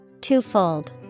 Twofold